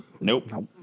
Nope